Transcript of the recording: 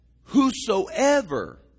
whosoever